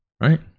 right